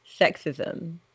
sexism